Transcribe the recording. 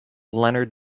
leonard